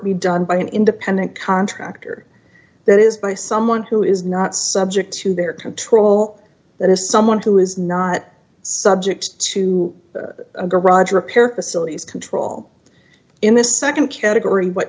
be done by an independent contractor that is by someone who is not subject to their control that is someone who is not subject to a garage repair facilities control in the nd category what